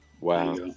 Wow